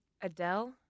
Adele